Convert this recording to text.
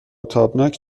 تابناک